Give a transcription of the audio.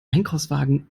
einkaufswagen